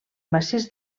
massís